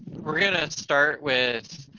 we're gonna start with,